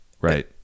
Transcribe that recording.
Right